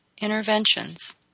interventions